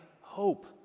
hope